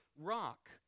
rock